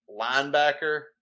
linebacker